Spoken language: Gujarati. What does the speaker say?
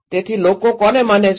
તેથીલોકો કોને માને છે